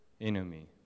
enemy